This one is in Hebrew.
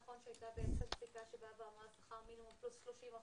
נכון שהייתה בעצם פסיקה שבאה ואמרה שכר מינימום פלוס 30%,